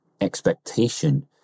expectation